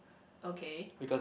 okay